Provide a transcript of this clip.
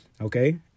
Okay